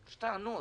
יש טענות.